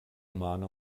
mano